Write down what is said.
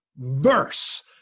verse